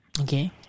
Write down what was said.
Okay